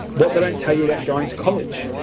but they don't tell you about going to college',